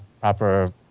proper